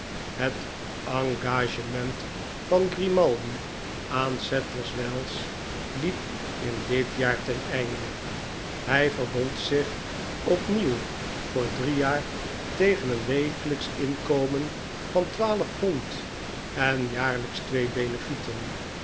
het engagement van grimaldi aan sadlerswells hep in dit jaar ten einde hij verbond zich opnieuw voor drie jaar tegen een wekelijksch inkomen van twaalf pond en jaarlijkstwee benefleten